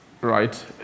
right